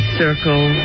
circle